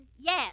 Yes